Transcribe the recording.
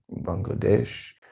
Bangladesh